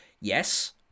yes